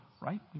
right